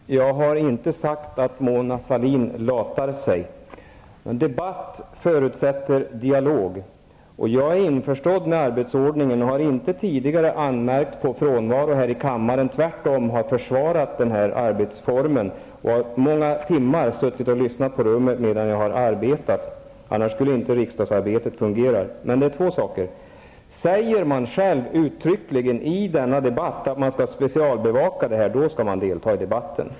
Herr talman! Jag har inte sagt att Mona Sahlin latar sig. En debatt förutsätter dialog. Jag är införstådd med arbetsordningen och har tidigare inte anmärkt på frånvaro här i kammaren. Jag har tvärtom försvarat arbetsformen, och jag har många timmar suttit och lyssnat till debatten på rummet medan jag arbetat. Annars skulle inte riksdagsarbetet fungera. Men det finns några saker jag vill ta upp. Om man i denna debatt uttryckligen säger att man skall specialbevaka den här frågan, då skall man delta i debatten.